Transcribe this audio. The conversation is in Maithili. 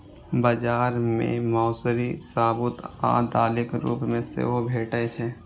बाजार मे मौसरी साबूत आ दालिक रूप मे सेहो भैटे छै